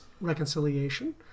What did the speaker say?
reconciliation